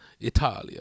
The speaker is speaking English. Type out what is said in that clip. Italia